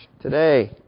today